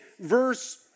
verse